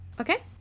Okay